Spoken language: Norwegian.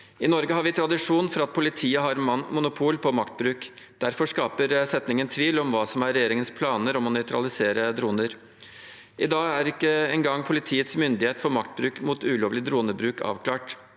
I Norge har vi tradisjon for at politiet har monopol på maktbruk. Derfor skaper den setningen tvil om hva som er regjeringens planer om å nøytralisere droner. I dag er ikke engang politiets myndighet for maktbruk mot ulovlig dronebruk avklart.